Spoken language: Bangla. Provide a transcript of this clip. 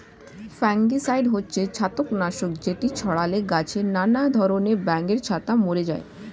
ফাঙ্গিসাইড হচ্ছে ছত্রাক নাশক যেটি ছড়ালে গাছে নানা ধরণের ব্যাঙের ছাতা মরে যায়